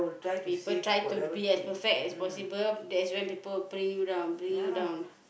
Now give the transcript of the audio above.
people try to be as perfect as possible that's when people will bring you down bring you down